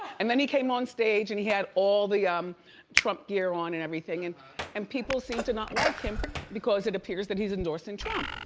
and then, he came on stage and he had all the um trump gear on and everything and and people seem to not like him because it appears that he's endorsing trump.